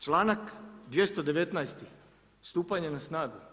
Članak 219. stupanje na snagu.